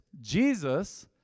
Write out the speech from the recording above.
Jesus